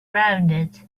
rounded